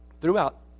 Throughout